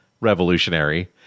revolutionary